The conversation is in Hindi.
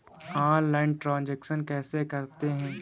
ऑनलाइल ट्रांजैक्शन कैसे करते हैं?